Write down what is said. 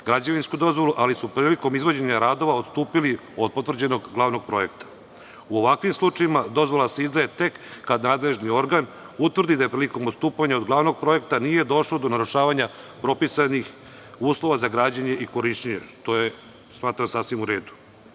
građevinsku dozvolu, ali su prilikom izvođenja radova odstupili od potvrđenog glavnog projekta.U ovakvim slučajevima dozvola se izdaje tek kada nadležni organ utvrdi da je prilikom odstupanja od glavnog projekta nije došlo do narušavanja propisanih uslova za građenje i korišćenje. To je smatram, sasvim u